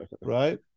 Right